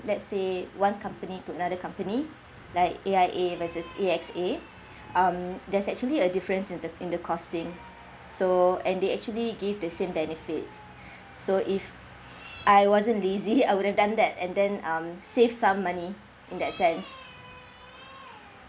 let's say one company to another company like A_I_A versus A_X_A um there's actually a difference in th~ in the costing so and they actually gave the same benefits so if I wasn't lazy I would've done that and then um save some money in that sense